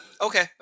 Okay